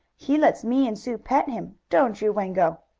he lets me and sue pet him don't you, wango?